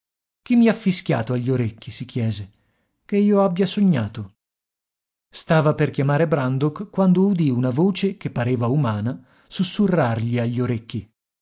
chi mi ha fischiato agli orecchi si chiese che io abbia sognato stava per chiamare brandok quando udì una voce che pareva umana sussurrargli agli orecchi